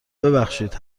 ببخشید